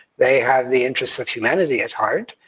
they have the interests of humanity at heart,